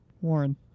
Warren